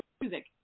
music